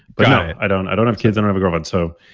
but no, i don't i don't have kids. i don't have a girlfriend so